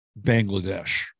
Bangladesh